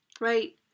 Right